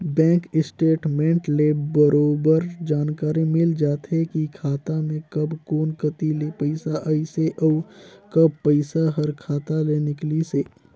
bank statement ले बरोबर जानकारी मिल जाथे की खाता मे कब कोन कति ले पइसा आइसे अउ कब पइसा हर खाता ले निकलिसे